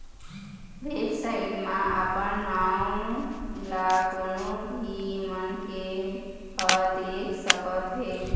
website म अपन नांव ल कोनो भी मनखे ह देख सकत हे